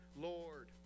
Lord